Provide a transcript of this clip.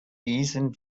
diesen